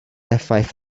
effaith